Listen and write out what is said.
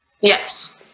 Yes